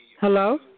Hello